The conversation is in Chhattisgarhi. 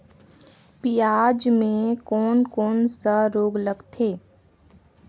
पियाज मे कोन कोन सा रोग लगथे?